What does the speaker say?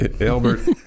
Albert